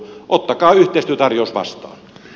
ottakaa yhteistyötarjous vastaan